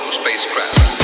spacecraft